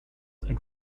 and